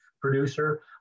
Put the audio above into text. producer